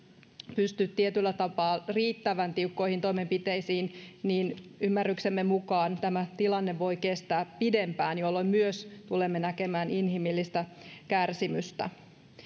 pysty tietyllä tapaa riittävän tiukkoihin toimenpiteisin niin ymmärryksemme mukaan tämä tilanne voi kestää pidempään jolloin myös tulemme näkemään inhimillistä kärsimystä